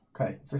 Okay